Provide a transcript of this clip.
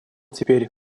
теперь